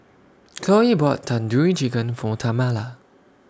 Khloe bought Tandoori Chicken For Tamala